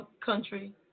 country